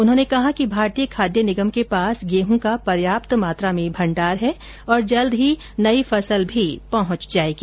उन्होंने कहा कि भारतीय खाद्य निगम के पास गेहूं का र्प्याप्त मात्रा में भंडार है और जल्द ही नयी फसल भी पहुंच जाएगी